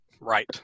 Right